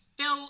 Phil